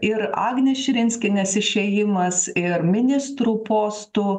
ir agnės širinskienės išėjimas ir ministrų postų